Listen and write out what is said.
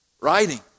writing